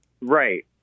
Right